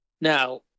Now